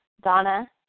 Donna